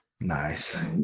Nice